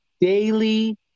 daily